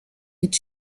est